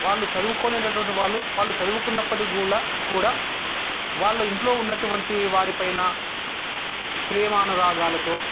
వాళ్ళు చదువుకోలేనటువంటి వాళ్ళు వాళ్ళు చదువుకున్నప్పటికి కూడా కూడా వాళ్ళ ఇంట్లో ఉన్నటువంటి వారి పైన ప్రేమానురాగాలతో